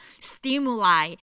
stimuli